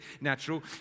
natural